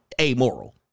amoral